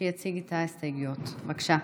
שיציג את ההסתייגויות, בבקשה.